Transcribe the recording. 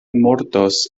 mortos